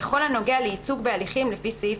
בכל הנוגע לייצוג בהליכים לפי סעיף